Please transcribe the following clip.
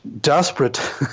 desperate